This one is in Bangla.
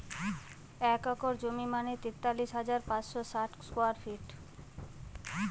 এক একর জমি মানে তেতাল্লিশ হাজার পাঁচশ ষাট স্কোয়ার ফিট